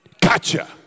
gotcha